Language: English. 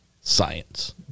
science